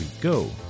go